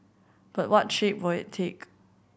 but what shape will it take